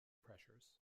pressures